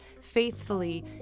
faithfully